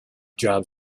job